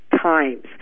times